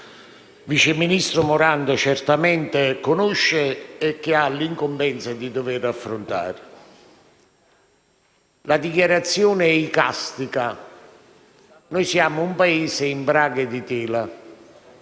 il vice ministro Morando certamente conosce e ha l'incombenza di dover affrontare. La dichiarazione è icastica: noi siamo un Paese in braghe di tela.